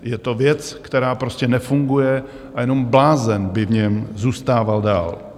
Je to věc, která prostě nefunguje, a jenom blázen by v něm zůstával dál.